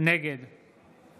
נגד